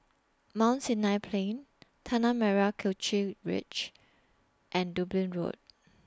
Mount Sinai Plain Tanah Merah Kechil Ridge and Dublin Road